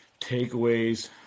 takeaways